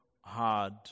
hard